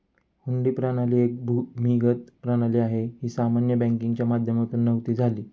हुंडी प्रणाली एक भूमिगत प्रणाली आहे, ही सामान्य बँकिंगच्या माध्यमातून नव्हती झाली